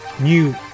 new